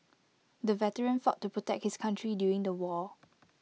the veteran fought to protect his country during the war